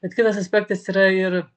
bet kitas aspektas yra ir